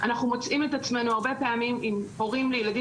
אנחנו מוצאים את עצמנו הרבה פעמים עם הורים לילדים